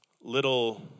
little